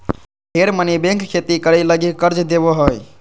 ढेर मनी बैंक खेती करे लगी कर्ज देवो हय